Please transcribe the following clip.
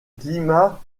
climat